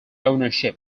ownership